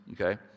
okay